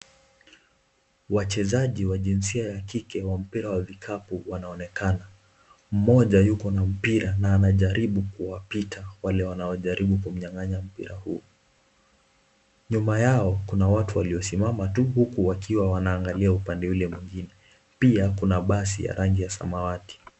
Wachezaji wa jinsia ya kike wa mpira wa vikapu, wanaonekana. Mmoja yuko na mpira na anajaribu kuwapita wale wanaojaribu kumnyang'anya mpira huu. Nyuma yao, kuna watu waliosimama tu, huku wakiwa wanaangalia upande ule mwingine. Pia, kuna basi ya samawati.